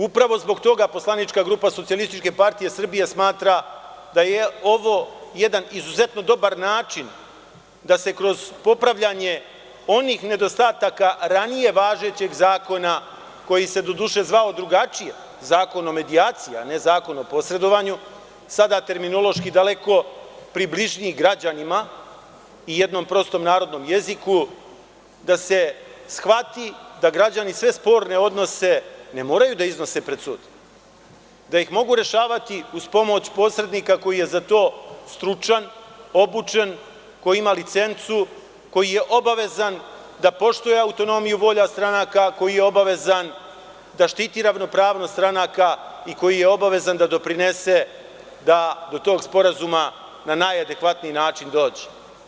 Upravo zbog toga poslanička grupa SPS smatra da je ovo jedan izuzetno dobar način da se kroz popravljanje onih nedostataka ranije važećeg zakona, koji se zvao drugačije, Zakon o medijaciji, a ne Zakon o posredovanju, sada terminološki daleko približniji građanima i jednom prostom narodnom jeziku, da se shvati da građani sve sporne odnose ne moraju da iznose pred sud, da ih mogu rešavati uz pomoć posrednika koji je za to stručan, obučen, koji ima licencu, koji je obavezan da poštuje autonomiju volja stranaka, koji je obavezan da štiti ravnopravnost stranaka i koji je obavezan da doprinese da do tog sporazuma dođe.